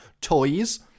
toys